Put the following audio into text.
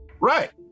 Right